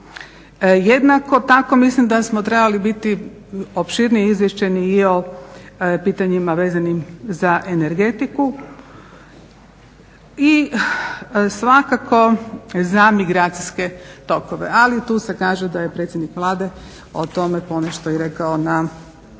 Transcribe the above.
Jednako tako mislim da smo trebali biti opširnije izvješće nije o pitanjima vezanim za energetiku i svakako za migracijske tokove. Ali tu se kaže da je predsjednik Vlade o tome ponešto rekao i